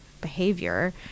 behavior